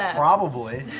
ah probably.